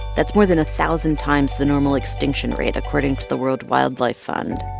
that's more than a thousand times the normal extinction rate, according to the world wildlife fund.